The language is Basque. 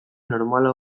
normala